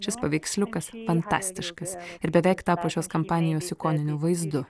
šis paveiksliukas fantastiškas ir beveik tapo šios kampanijos ikoniniu vaizdu